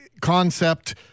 concept